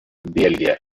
бельгия